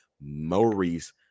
Maurice